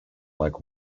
like